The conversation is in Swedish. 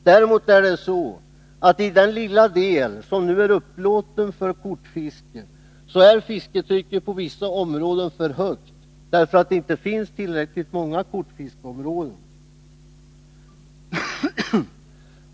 Däremot är det så att i den lilla del som nu är upplåten för kortfiske är fisketrycket på vissa området för högt, därför att det inte finns tillräckligt många kortfiskeområden.